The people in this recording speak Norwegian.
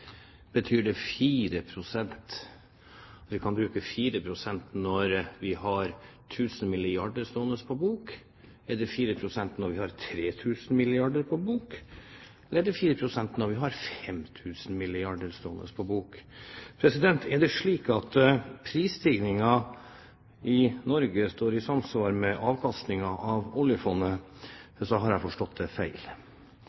Betyr det at vi kan bruke 4 pst. når vi har 3 000 milliarder kr på bok? Eller 4 pst. når vi har 5 000 milliarder kr stående på bok? Er det slik at prisstigningen i Norge er i samsvar med avkastningen av oljefondet,